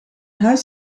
huis